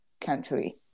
country